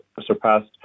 surpassed